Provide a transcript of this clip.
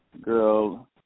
girl